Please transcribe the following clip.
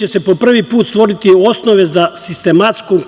će se po prvi put stvoriti osnove za sistematsko